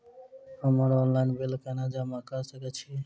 हम्मर online bill कोना जमा कऽ सकय छी?